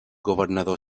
governador